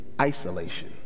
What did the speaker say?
isolation